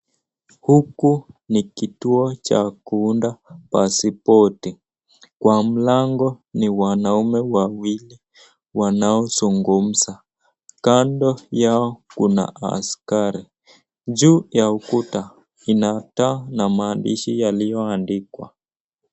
Huku ni kituo cha kuunda pasipoti. Kwa mlango ni wanaume wawili wanaozungumza. Kando yao kuna askari. Juu ya ukuta ina taa na maandishi yaliyoandikwa.